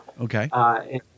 Okay